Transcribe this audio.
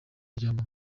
aryama